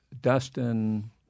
Dustin